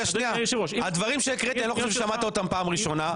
אני לא חושב ששמעת אותם פעם ראשונה.